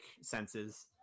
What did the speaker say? senses